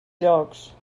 llocs